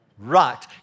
Right